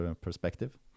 perspective